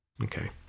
Okay